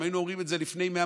אם היינו אומרים את זה לפני מאה,